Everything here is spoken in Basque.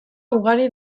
ugari